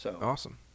Awesome